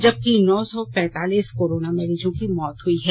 जबकि नौ सौ पैंतीलीस कोरोना मरीजों की मौत हई हैं